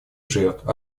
жертв